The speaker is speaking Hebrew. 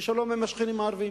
בשלום עם השכנים הערבים?